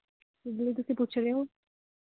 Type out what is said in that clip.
ਤੁਸੀਂ ਪੁੱਛ ਰਹੇ ਹੋ